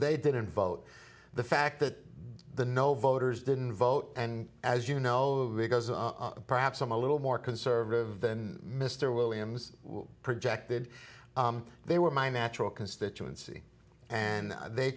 they didn't vote the fact that the no voters didn't vote and as you know because perhaps i'm a little more conservative than mr williams projected they were my natural constituency and they